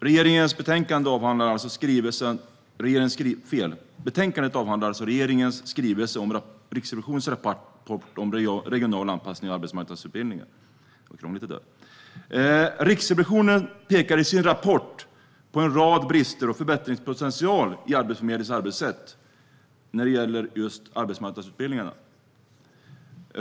Herr talman! I betänkandet avhandlas regeringens skrivelse avseende Riksrevisionens rapport om regional anpassning av arbetsmarknadsutbildning. Riksrevisionen pekar i sin rapport på en rad brister och förbättringspotentialer i Arbetsförmedlingens arbetssätt när det gäller just arbetsmarknadsutbildningarna.